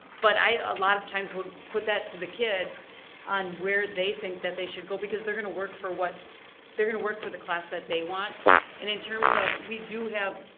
but i a lot of times will put that to the kid on where they think that they should go because they're going to work for what they're going to work for the class that they want and in terms of we do have,